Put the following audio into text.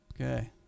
Okay